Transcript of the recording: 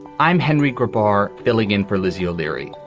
i'm henry goodbar, filling in for lizzie o'leary.